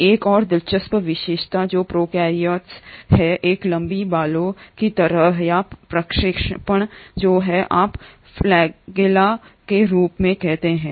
एक और दिलचस्प विशेषता जो प्रोकैरियोट्स है एक लंबे बालों की तरह है या प्रक्षेपण जो है आप फ्लैगेल्ला के रूप में कहते हैं